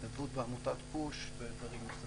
התנדבות בעמותת פוש ודברים אחרים.